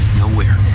nowhere,